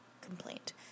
complaint